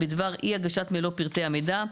בדבר אי הגשת מלוא פרטי המידע,